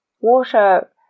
water